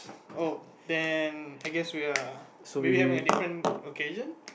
oh then I guess we are maybe we're having a different occasion